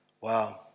Wow